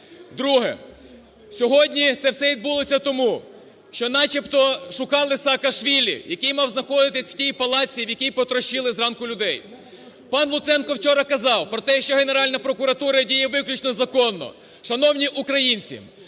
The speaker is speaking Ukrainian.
Друге. Сьогодні це все відбулося тому, що начебто шукали Саакашвілі, який мав знаходитися в тій палатці, в якій потрощили зранку людей. Пан Луценко вчора казав про те, що Генеральна прокуратура діє виключно законно. Шановні українці,